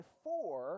four